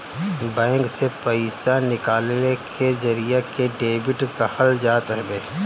bank से पईसा निकाले के जरिया के डेबिट कहल जात हवे